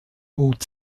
bot